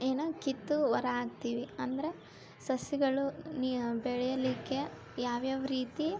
ಏನು ಕಿತ್ತು ಹೊರಹಾಕ್ತಿವಿ ಅಂದರೆ ಸಸಿಗಳು ನೀ ಬೆಳೆಯಲಿಕ್ಕೆ ಯಾವ್ಯಾವ ರೀತಿ